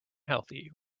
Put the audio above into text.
healthy